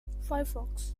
firefox